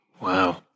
Wow